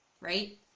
right